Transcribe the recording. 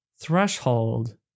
threshold